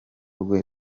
rwe